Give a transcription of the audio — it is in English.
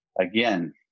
Again